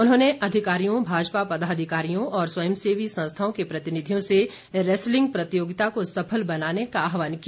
उन्होंने अधिकारियों भाजपा पदाधिकारियों और स्वयंसेवी संस्थाओं के प्रतिनिधियों से रैस्लिंग प्रतियोगिता को सफल बनाने का आहवान किया